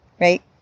right